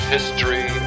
History